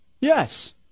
Yes